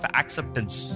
acceptance